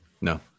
No